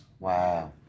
Wow